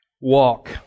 walk